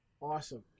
awesome